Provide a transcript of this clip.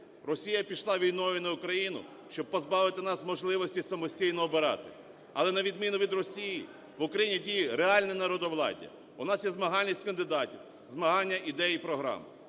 Росія пішла війною на Україну, щоб позбавити нас можливості самостійно обирати. Але на відміну від Росії в Україні діє реальне народовладдя, у нас є змагальність кандидатів, змагання ідей і програм.